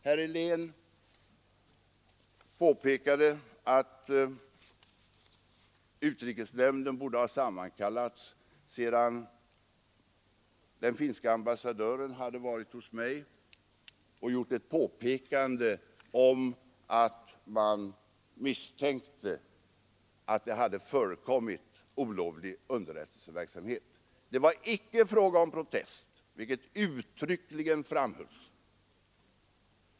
Herr Helén påpekade att utrikesnämnden borde ha sammankallats sedan Finlands ambassadör hade varit hos mig och gjort ett påpekande om att man misstänkte att det hade förekommit olovlig underrättelseverksamhet. Det var inte fråga om protest, vilket uttryckligen framhölls.